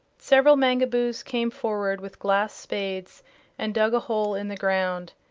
several mangaboos came forward with glass spades and dug a hole in the ground.